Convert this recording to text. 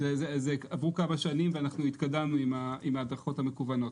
עברו כמה שנים ואנחנו התקדמנו עם ההדרכות המקוונות.